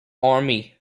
army